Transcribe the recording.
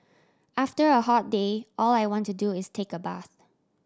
after a hot day all I want to do is take a bath